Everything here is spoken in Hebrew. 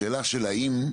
השאלה של האם,